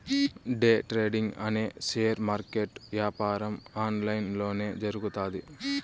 day trading అనే share market యాపారం online లొనే జరుగుతాది